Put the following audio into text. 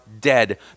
dead